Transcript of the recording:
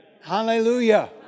Hallelujah